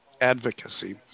advocacy